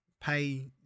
pay